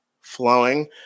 flowing